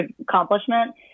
accomplishment